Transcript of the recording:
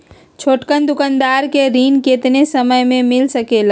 छोटकन दुकानदार के ऋण कितने समय मे मिल सकेला?